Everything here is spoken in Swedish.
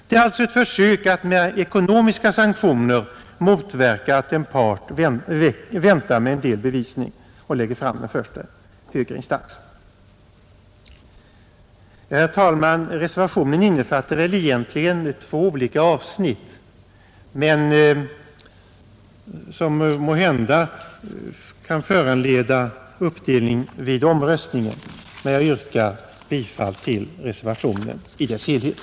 Det är alltså ett försök att med ekonomiska sanktioner motverka att en part väntar med en del bevisning och lägger fram den först i högre instans. Herr talman! Reservationen innefattar väl egentligen två olika avsnitt, som måhända kan föranleda uppdelning vid omröstningen, men jag yrkar bifall till reservationen i dess helhet.